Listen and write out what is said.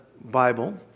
Bible